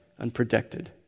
unprotected